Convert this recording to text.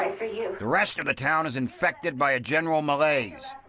for you. the rest of the town is infected by a general malaise.